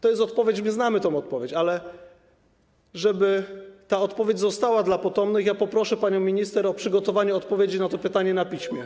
To jest odpowiedź, my znamy tę odpowiedź, ale żeby ta odpowiedź została dla potomnych, poproszę panią minister o przygotowanie odpowiedzi na to pytanie na piśmie.